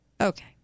Okay